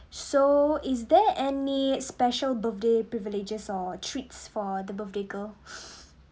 so is there any special birthday privileges or treats for the birthday girl